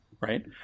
right